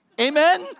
Amen